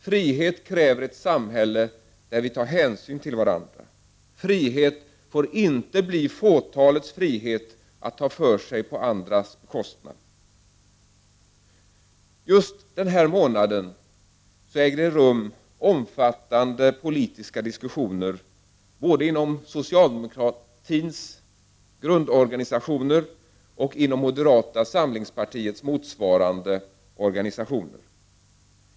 Frihet kräver ett samhälle, där människor tar hänsyn till varandra. Frihet får inte bli fåtalets frihet att ta för sig på andras bekostnad. Just denna månad äger omfattande politiska diskussioner rum både inom socialdemokratins grundorganisationer och inom moderata samlingspartiets motsvarande organisationer.